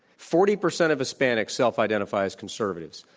forty percent of hispanics self-identify as conservatives,